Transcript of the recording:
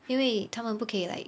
因为他们不可以 like